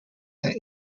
that